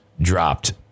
dropped